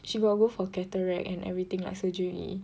she got go for cataract and everything like surgery